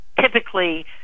typically